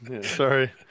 Sorry